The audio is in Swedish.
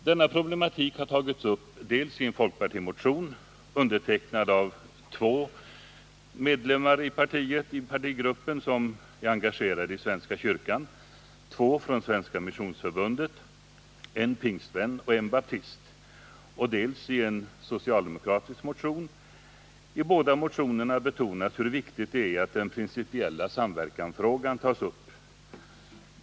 Denna problematik har tagits upp dels i en folkpartimotion — underteck — Den andliga vår nad av två medlemmar i partigruppen som är engagerade i svenska kyrkan, den vid sjukhusen, två från Svenska missionsförbundet, en pingstvän och en baptist —, dels i en socialdemokratisk motion. I båda motionerna betonas hur viktigt det är att den principiella samverkansfrågan tas upp.